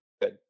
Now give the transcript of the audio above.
good